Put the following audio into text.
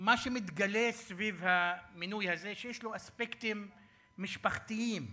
שמתגלה סביב המינוי הזה, שיש לו אספקטים משפחתיים.